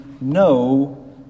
no